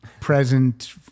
present